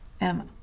Emma